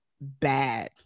bad